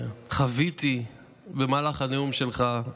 שחוויתי במהלך הנאום שלך,